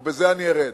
ובזה אני ארד.